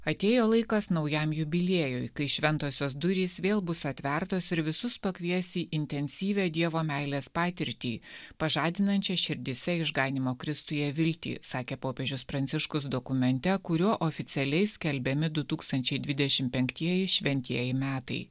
atėjo laikas naujam jubiliejui kai šventosios durys vėl bus atvertos ir visus pakvies į intensyvią dievo meilės patirtį pažadinančią širdyse išganymo kristuje viltį sakė popiežius pranciškus dokumente kuriuo oficialiai skelbiami du tūkstančiai dvidešim penktieji šventieji metai